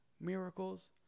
Miracles